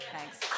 Thanks